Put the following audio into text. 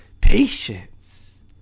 Patience